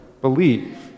believe